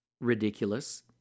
ridiculous